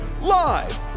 Live